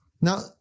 Now